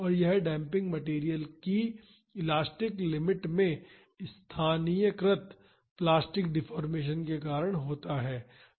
और यह damping material कि इलास्टिक लिमिट में स्थानीयकृत प्लास्टिक डेफोर्मेशन के कारण होता है